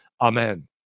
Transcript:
amen